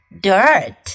dirt